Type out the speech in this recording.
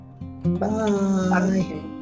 Bye